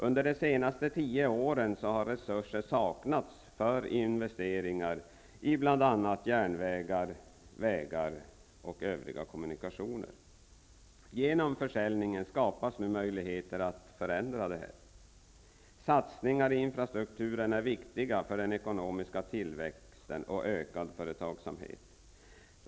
Under de senaste tio åren har resurser saknats för investeringar i bl.a. järnvägar, vägar och övriga kommunikationer. Genom försäljningen skapas nu möjligheter att förändra detta. Satsningar i infrastrukturen är viktiga för den ekonomiska tillväxten och för ökad företagsamhet.